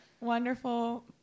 wonderful